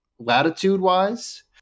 latitude-wise